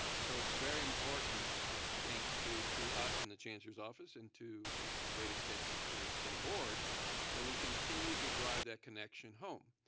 ah so it's very important i think to to us and the chancellor's office and ah great extent to to the board that we continue to drive that connection home,